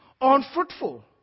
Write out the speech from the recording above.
unfruitful